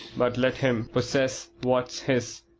but let him possess what's his,